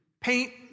paint